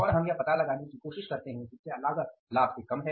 और हम यह पता लगाने की कोशिश करते हैं कि क्या लागत लाभ से कम है